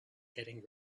getting